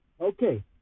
Okay